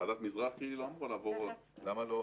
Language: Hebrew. ועדת מזרחי לא אמורה לעבור --- למה לא?